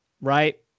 right